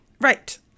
Right